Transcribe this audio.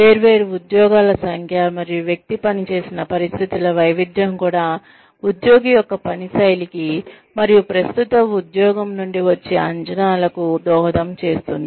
వేర్వేరు ఉద్యోగాల సంఖ్య మరియు వ్యక్తి పనిచేసిన పరిస్థితుల వైవిధ్యం కూడా ఉద్యోగి యొక్క పని శైలికి మరియు ప్రస్తుత ఉద్యోగం నుండి వచ్చే అంచనాలకు దోహదం చేస్తుంది